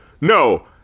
No